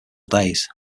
days